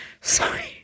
Sorry